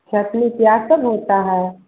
छत्त में क्या सब होता है